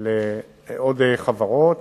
לעוד חברות